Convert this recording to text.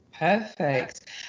Perfect